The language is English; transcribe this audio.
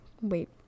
Wait